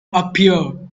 appear